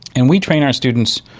and we train our students,